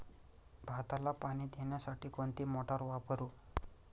भाताला पाणी देण्यासाठी कोणती मोटार वापरू?